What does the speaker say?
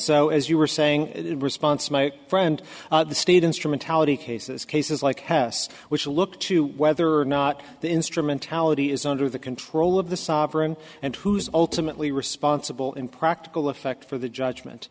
so as you were saying response my friend the state instrumentality cases cases like hess which look to whether or not the instrumentality is under the control of the sovereign and who's ultimately risk sponsible in practical effect for the judgement